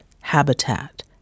habitat